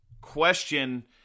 question